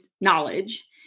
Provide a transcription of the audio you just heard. knowledge